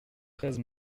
treize